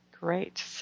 Great